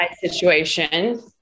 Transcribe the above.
situation